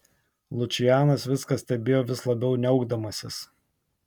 lučianas viską stebėjo vis labiau niaukdamasis